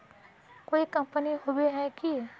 कोई कंपनी होबे है की?